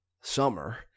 summer